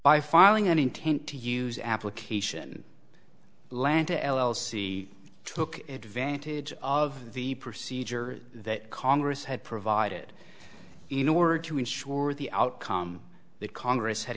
by filing an intent to use application land to l c took advantage of the procedure that congress had provided in order to ensure the outcome that congress had